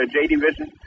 J-Division